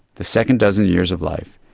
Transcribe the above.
the second dozen years of life,